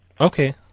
Okay